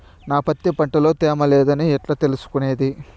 నా పత్తి పంట లో తేమ లేదని ఎట్లా తెలుసుకునేది?